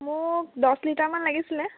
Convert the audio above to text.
মোক দহ লিটাৰমান লাগিছিলে